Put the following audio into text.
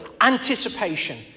anticipation